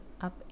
up